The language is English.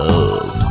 Love